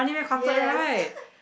yes